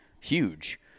huge